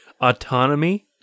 Autonomy